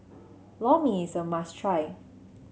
Lor Mee is a must try